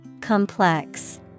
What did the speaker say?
Complex